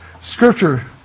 Scripture